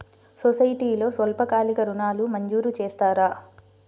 సొసైటీలో స్వల్పకాలిక ఋణాలు మంజూరు చేస్తారా?